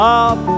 up